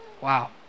Wow